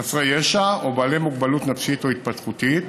חסרי ישע או אנשים עם מוגבלות נפשית או התפתחותית,